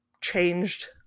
changed